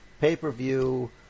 pay-per-view